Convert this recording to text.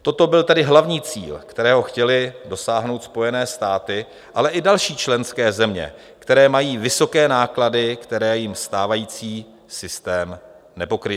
Toto byl tedy hlavní cíl, kterého chtěly dosáhnout Spojené státy, ale další členské země, které mají vysoké náklady, které jim stávající systém nepokryl.